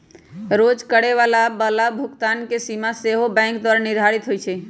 रोज करए जाय बला भुगतान के सीमा सेहो बैंके द्वारा निर्धारित होइ छइ